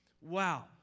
Wow